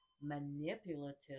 manipulative